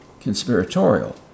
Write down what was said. conspiratorial